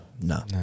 No